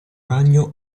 ragno